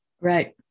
right